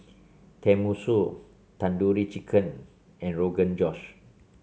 Tenmusu Tandoori Chicken and Rogan Josh